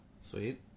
Sweet